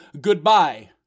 Goodbye